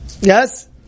Yes